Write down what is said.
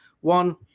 One